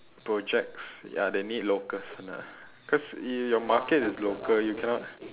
projects ya they need locals [one] ah cause you your market is local you cannot